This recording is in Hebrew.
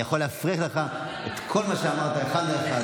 אני יכול להפריך לך את כל מה שאמרת אחד לאחד,